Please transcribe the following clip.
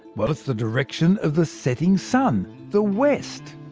but the direction of the setting sun the west.